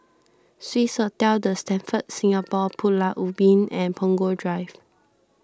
Swissotel the Stamford Singapore Pulau Ubin and Punggol Drive